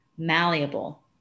Malleable